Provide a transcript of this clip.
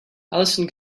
alison